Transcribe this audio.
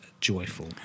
joyful